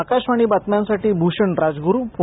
आकाशवाणी बातम्यांसाठी भूषण राजगुरू पूणे